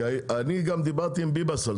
דרך אגב, אני גם דיברתי על זה עם ביבס.